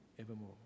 evermore